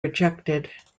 rejected